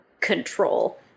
control